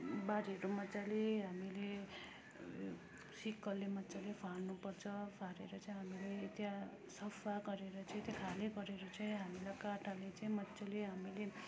बारीहरू मजाले हामीले सिक्कलले मजाले फाँड्नुपर्छ फाँडेर चाहिँ हामीले त्यहाँ सफा गरेर चाहिँ त्यहाँ खाली गरेर चाहिँ हामीले काँटाले चाहिँ मजाले हामीले